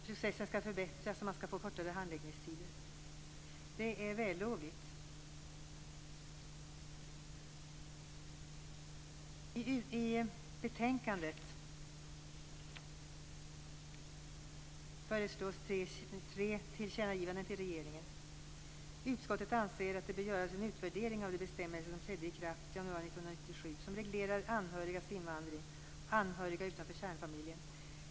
Processen skall förbättras, och man skall få kortare handläggningstider. Det är vällovligt. I betänkandet föreslår utskottet att riksdagen skall göra tre tillkännagivanden till regeringen. Utskottet anser att det bör göras en utvärdering av de bestämmelser som trädde i kraft i januari 1997 och som reglerar anhörigas invandring, anhöriga utanför kärnfamiljen.